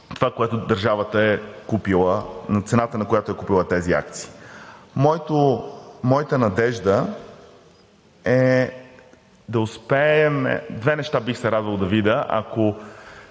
това, което държавата е купила, цената, на която е купила тези акции. Моята надежда е да успеем... Две неща бих се радвал да видя – ако